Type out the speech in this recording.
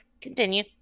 Continue